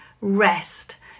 rest